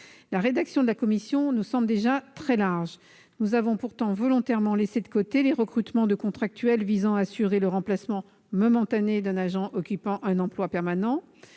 La rédaction de la commission est déjà très large. Nous avons pourtant volontairement laissé de côté les recrutements de contractuels visant à assurer le remplacement momentané d'un agent occupant un emploi permanent